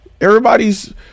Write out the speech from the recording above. everybody's